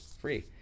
free